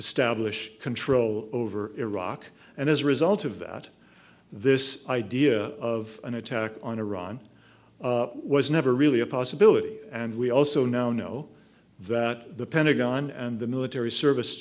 establish control over iraq and as a result of that this idea of an attack on iran was never really a possibility and we also now know that the pentagon and the military service